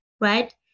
right